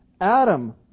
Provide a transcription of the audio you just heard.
Adam